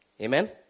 Amen